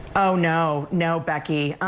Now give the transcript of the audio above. oh, no, no, becky.